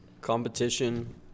Competition